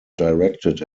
directed